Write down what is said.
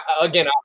again